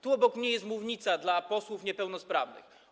Tu, obok mnie, jest mównica dla posłów niepełnosprawnych.